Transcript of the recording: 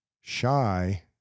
shy